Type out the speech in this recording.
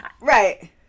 Right